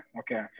okay